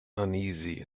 uneasy